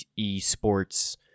eSports